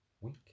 week